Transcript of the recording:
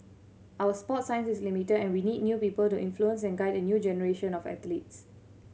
our sports science is limited and we need new people to influence and guide a new generation of athletes